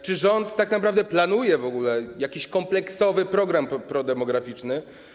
Czy rząd tak naprawdę planuje w ogóle jakiś kompleksowy program prodemograficzny?